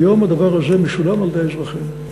כיום הדבר הזה משולם על-ידי האזרחים.